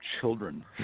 Children